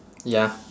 ya